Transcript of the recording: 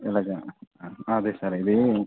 ఇలాగ అదే సార్ అది